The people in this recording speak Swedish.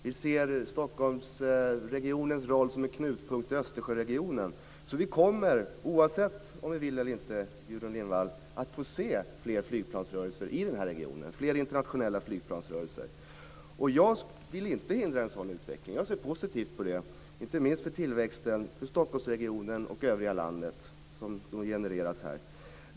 Vi ser Stockholmsregionens roll som en knutpunkt i Östersjöregionen, så vi kommer - oavsett om vi vill det eller inte, Gudrun Lindvall - att få se fler internationella flygplansrörelser i den här regionen. Jag vill inte hindra en sådan utveckling. Jag ser positivt på den, inte minst för tillväxten, för Stockholmsregionen och för övriga landet.